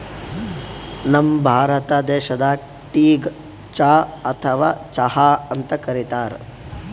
ನಮ್ ಭಾರತ ದೇಶದಾಗ್ ಟೀಗ್ ಚಾ ಅಥವಾ ಚಹಾ ಅಂತ್ ಕರಿತಾರ್